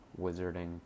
wizarding